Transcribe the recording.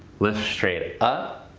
lift straight up.